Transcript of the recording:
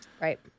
Right